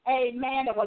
Amen